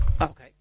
Okay